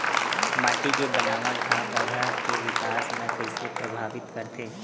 माटी के बनावट हा पौधा के विकास ला कइसे प्रभावित करथे?